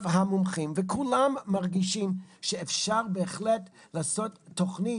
המומחים וכולם מרגישים שאפשר בהחלט לעשות תוכנית,